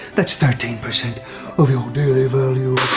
that's thirteen percent of your daily value.